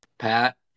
Pat